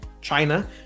China